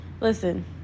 Listen